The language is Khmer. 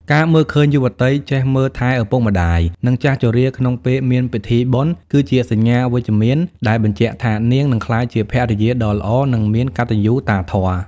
ការមើលឃើញយុវតីចេះមើលថែឪពុកម្ដាយ និងចាស់ជរាក្នុងពេលមានពិធីបុណ្យ គឺជាសញ្ញាវិជ្ជមានដែលបញ្ជាក់ថានាងនឹងក្លាយជាភរិយាដ៏ល្អ និងមានកតញ្ញូតាធម៌។